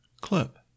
clip